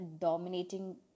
dominating